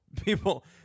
people